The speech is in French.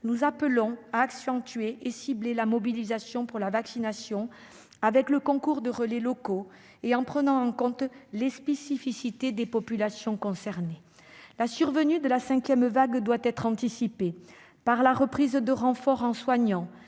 nous appelons à accentuer la mobilisation pour la vaccination, avec le concours de relais locaux et en prenant en compte les spécificités des populations concernées. La survenue de la cinquième vague doit être anticipée par la reprise de renforts en soignants